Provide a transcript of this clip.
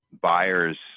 buyers